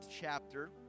chapter